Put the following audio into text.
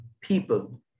people